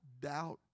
doubt